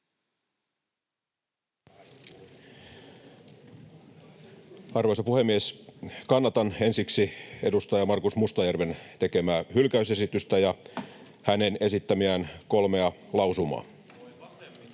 Arvoisa puhemies! Kannatan ensiksi edustaja Markus Mustajärven tekemää hylkäysesitystä ja hänen esittämiään kolmea lausumaa.